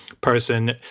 person